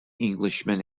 englishman